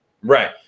right